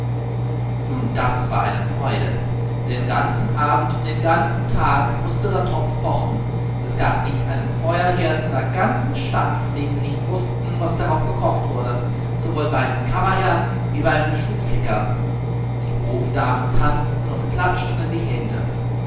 nun das war eine freude den ganzen abend und den ganzen tag mußte der topf kochen es gab nicht einen feuerherd in der ganzen stadt von dem sie nicht wußten was darauf gekocht wurde sowohl beim kammerherrn wie beim schuhflicker die hofdamen tanzten und klatschten in die hände